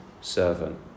servant